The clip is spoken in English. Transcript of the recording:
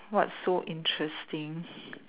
what so interesting